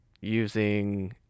using